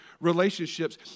relationships